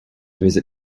visit